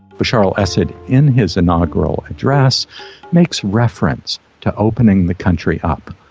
bashar al-assad in his inaugural address makes reference to opening the country up,